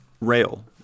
rail